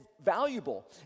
valuable